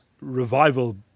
revival